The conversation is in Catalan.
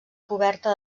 coberta